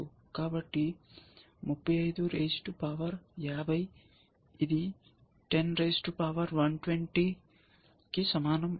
ఇది 50 కదలికల పొడవు కాబట్టి 35 రైజ్ టు పవర్ 50 ఇది 10 రైజ్ టు పవర్ 120 కి సమానం